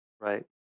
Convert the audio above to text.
Right